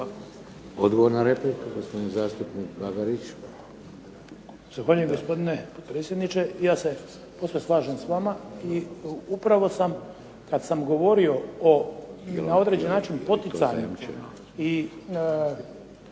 Odgovor na repliku, gospodin zastupnik Bagarić.